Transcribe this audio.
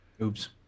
Oops